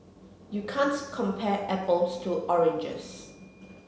you can't compare apples to oranges